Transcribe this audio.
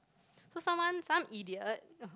so someone some idiot